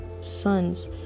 sons